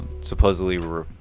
supposedly